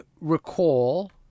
recall